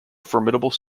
formidable